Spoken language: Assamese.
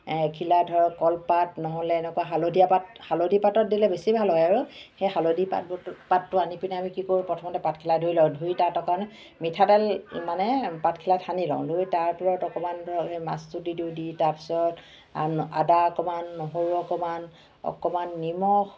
এখিলা ধৰক কলপাত নহ'লে এনেকুৱা হালধীয়া পাত হালধি পাতত দিলে বেছি ভাল হয় আৰু সেই হালধি পাত পাতটো আনিপেনে আমি কি কৰো প্ৰথমতে পাতখিলা ধুই লওঁ ধুই তাত অকণ মিঠাতেল মানে পাতখিলাত সানি লওঁ লৈ তাৰ ওপৰত অকণমান ধৰক সেই মাছটো দি দিওঁ দি তাৰপিছত আদা অকণমান নহৰু অকণমান অকণমান নিমখ